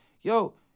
yo